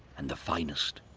and the finest,